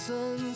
Sun